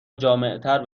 جامعتر